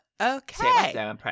Okay